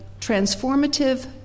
transformative